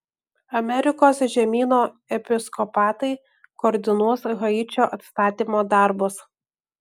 amerikos žemyno episkopatai koordinuos haičio atstatymo darbus